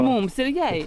mums ir jai